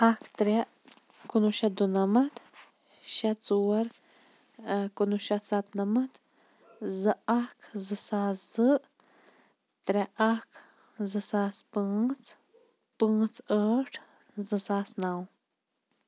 اَکھ ترٛےٚ کُنوُہ شَتھ دُنَمَتھ شےٚ ژور کُنوُہ شَتھ سَتہٕ نَمَتھ زٕ اَکھ زٕ ساس زٕ ترٛےٚ اَکھ زٕ ساس پانٛژھ پانٛژھ ٲٹھ زٕ ساس نَو